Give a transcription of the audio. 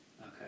Okay